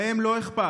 להם לא אכפת.